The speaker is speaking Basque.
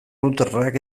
routerrak